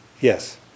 Yes